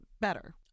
better